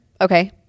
Okay